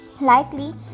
Likely